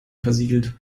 versiegelt